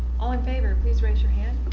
all in favor please raise your hand.